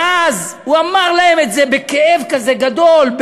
הוא אמר להם את זה בכאב כזה גדול,